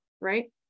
right